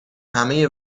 همهی